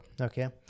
okay